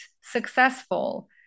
successful